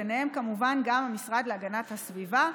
ובהם כמובן גם המשרד להגנת הסביבה,